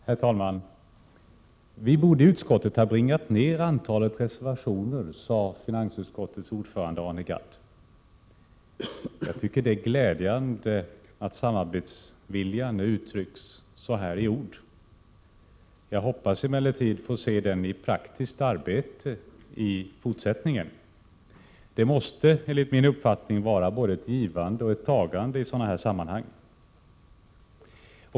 Herr talman! Vi borde i utskottet ha bringat ned antalet reservationer, sade finansutskottets ordförande Arne Gadd. Jag tycker att det är glädjande att samarbetsviljan på detta sätt uttrycks i ord. Jag hoppas emellertid få se den i praktiskt arbete i fortsättningen. Det måste enligt min uppfattning vara både ett givande och ett tagande i sådana sammanhang.